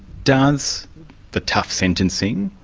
does the tough sentencing,